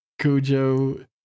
Cujo